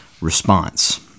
response